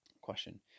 Question